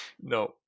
No